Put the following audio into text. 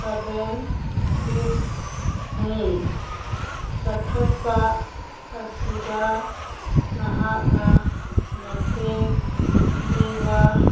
seven ꯁꯤꯛꯁꯅꯤ ꯀꯛꯊꯠꯄ ꯑꯁꯤꯗ ꯅꯍꯥꯛꯅ ꯃꯇꯦꯡ ꯄꯤꯕ